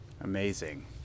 Amazing